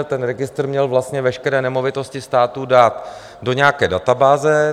Ten registr měl vlastně veškeré nemovitosti státu dát do nějaké dababáze.